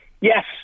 yes